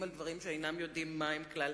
על דברים שאינם יודעים מה הם כלל.